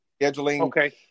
scheduling